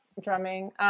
drumming